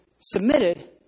submitted